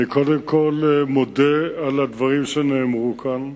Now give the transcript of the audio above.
אני קודם כול מודה על הדברים שנאמרו כאן.